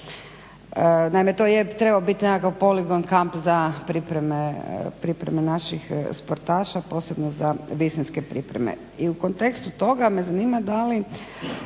Naime to je trebao biti nekakav poligon kamp za pripreme naših sportaša posebno za visinske pripreme. I u kontekstu toga me zanima da li